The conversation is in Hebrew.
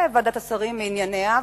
ועדת השרים לענייניה,